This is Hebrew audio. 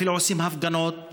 אפילו עושים הפגנות,